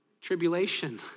tribulation